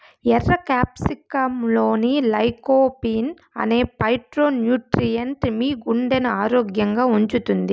ఎర్ర క్యాప్సికమ్లోని లైకోపీన్ అనే ఫైటోన్యూట్రియెంట్ మీ గుండెను ఆరోగ్యంగా ఉంచుతుంది